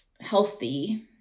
healthy